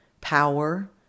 power